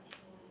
but